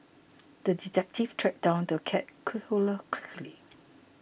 the detective tracked down the cat killer quickly